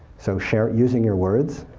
so share using your words,